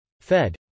Fed